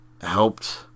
helped